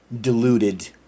deluded